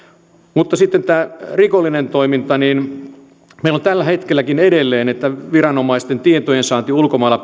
mutta sitten tämä rikollinen toiminta meillä on tälläkin hetkellä edelleen niin että viranomaisten tietojensaanti ulkomailla